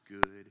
good